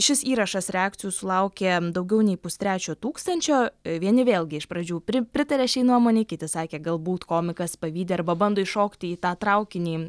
šis įrašas reakcijų sulaukė daugiau nei pustrečio tūkstančio vieni vėlgi iš pradžių pri pritarė šiai nuomonei kiti sakė galbūt komikas pavydi arba bando įšokti į tą traukinį